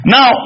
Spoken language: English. Now